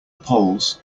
poles